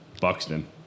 Buxton